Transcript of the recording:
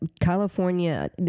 California